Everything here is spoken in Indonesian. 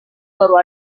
baru